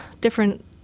different